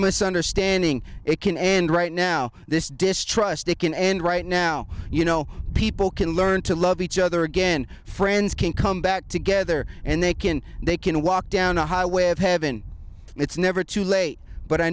misunderstanding it can end right now this distrust it can end right now you know people can learn to love each other again friends can come back together and they can they can walk down a highway of heaven it's never too late but i